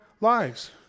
lives